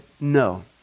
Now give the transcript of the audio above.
no